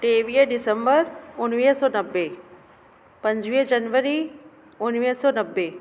टेवीह डिसंबर उणिवीह सौ नवे पंजुवीह जनवरी उणिवीह सौ नवे